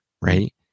right